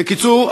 בקיצור,